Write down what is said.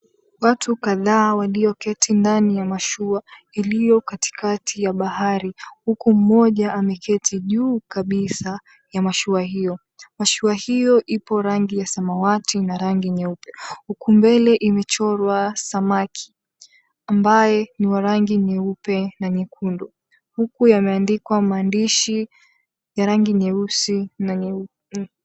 Watu kadhaa walioketi ndani ya mashua iliyo katikati ya bahari huku mmoja ameketi juu kabisa ya mashua hiyo. Mashua hiyo ipo rangi ya samawati na rangi nyeupe. Huku mbele imechorwa samaki ambaye ni wa rangi nyeupe na nyekundu huku yameandikwa maandishi ya rangi nyeusi na nyekundu.